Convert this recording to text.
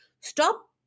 Stop